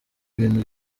ibintu